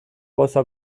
gauzak